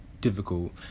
difficult